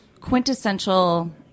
quintessential